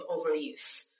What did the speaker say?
overuse